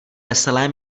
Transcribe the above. veselé